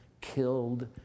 killed